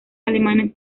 alemanes